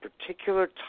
particular